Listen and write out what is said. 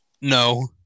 No